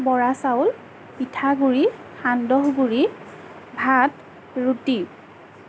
বৰা চাউল পিঠাগুড়ি সান্দহ গুড়ি ভাত ৰুটি